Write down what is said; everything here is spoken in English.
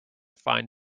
find